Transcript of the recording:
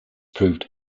proved